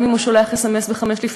אם הוא שלח סמ"ס ב-05:00,